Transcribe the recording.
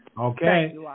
Okay